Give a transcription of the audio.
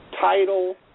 Title